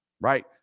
right